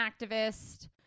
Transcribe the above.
activist